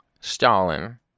Stalin